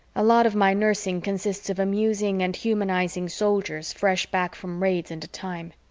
a lot of my nursing consists of amusing and humanizing soldiers fresh back from raids into time.